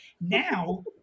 Now